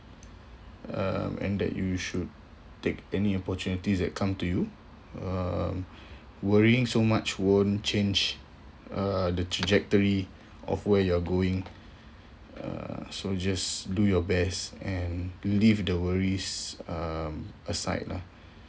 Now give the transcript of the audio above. um and that you should take any opportunities that come to you um worrying so much won't change uh the trajectory of where you're going uh so just do your best and leave the worries um aside lah